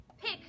pick